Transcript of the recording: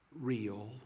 real